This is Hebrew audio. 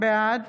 בעד